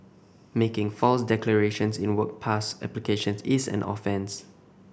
making false declarations in work pass applications is an offence